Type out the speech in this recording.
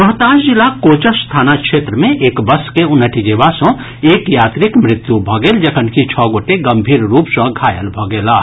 रोहतास जिलाक कोचस थाना क्षेत्र मे एक बस के उनटि जेबा सँ एक यात्रीक मृत्यु भऽ गेल जखनकि छओ गोटे गम्भीर रूप सँ घायल भऽ गेलाह